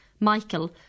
Michael